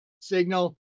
signal